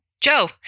Joe